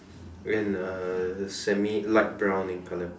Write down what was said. and a semi light brown in color